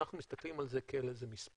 אנחנו מסתכלים על זה כעל איזה מספר,